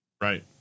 right